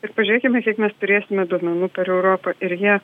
ir pažiūrėkime kiek mes turėsime duomenų per europą ir jie